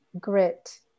grit